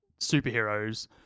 Superheroes